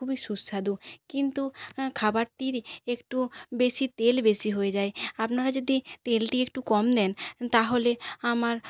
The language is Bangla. খুবই সুস্বাদু কিন্তু খাবারটির একটু বেশি তেল বেশি হয়ে যায় আপনারা যদি তেলটি একটু কম দেন তাহলে আমার